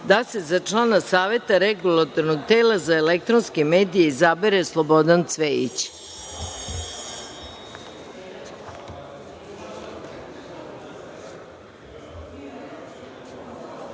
da se za člana Saveta Regulatornog tela za elektronske medije izabere Slobodan